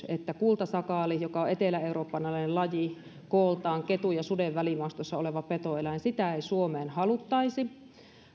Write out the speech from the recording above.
että kultasakaalia joka on eteläeurooppalainen laji kooltaan ketun ja suden välimaastossa oleva petoeläin ei suomeen haluttaisi